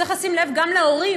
צריך לשים לב גם להורים,